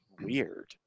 weird